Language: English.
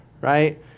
right